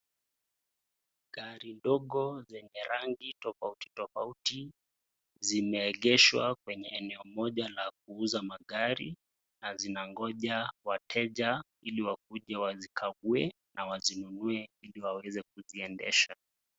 Gari ndogo zenye rangi tofauti tofauti zimeegeshwa kwenye eneo moja la kuuza magari na zinagonja wateja ili wakuje wazikague na wazinunue ili waweze kuziendesha.